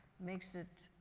makes it,